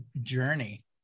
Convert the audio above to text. journey